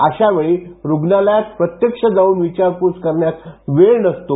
अशावेळी रुग्णालयात प्रत्यक्ष जाऊन विचारपूस करण्यास वेळ नसतो